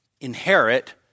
inherit